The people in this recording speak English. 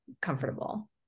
comfortable